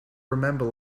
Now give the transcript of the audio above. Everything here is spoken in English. remember